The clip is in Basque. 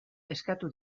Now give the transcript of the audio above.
eskatu